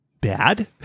bad